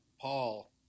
Paul